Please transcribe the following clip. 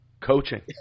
Coaching